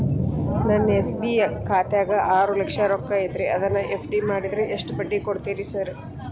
ನನ್ನ ಎಸ್.ಬಿ ಖಾತ್ಯಾಗ ಆರು ಲಕ್ಷ ರೊಕ್ಕ ಐತ್ರಿ ಅದನ್ನ ಎಫ್.ಡಿ ಮಾಡಿದ್ರ ಎಷ್ಟ ಬಡ್ಡಿ ಕೊಡ್ತೇರಿ ಸರ್?